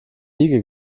wiege